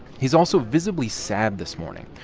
he's also visibly sad this morning.